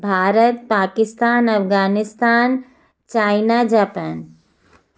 Bharat Pakistan Afghanistan China Japan